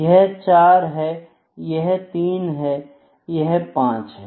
यह चार है यह तीन है यह पांच है